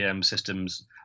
systems